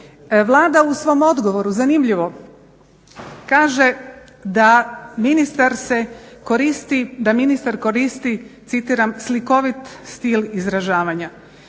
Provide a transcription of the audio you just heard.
Vlada u svom odgovoru zanimljivo kaže da ministar koristi "slikovit stil izražavanja"